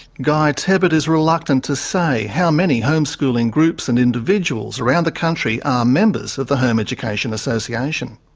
guy tebbutt is reluctant to say how many homeschooling groups and individuals around the country are members of the home education association.